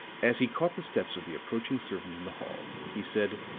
as he caught the steps of the approaching servant in the hall, he said